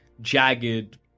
jagged